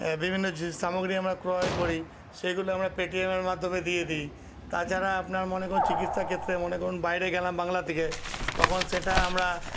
বিভিন্ন যে সামগ্রী আমরা ক্রয় করি সেগুলি আমরা পেটিএমের মাধ্যমে দিয়ে দিই তাছাড়া আপনার মনে করুন চিকিৎসা ক্ষেত্রে মনে করুন বাইরে গেলাম বাংলা থেকে তখন সেটা আমরা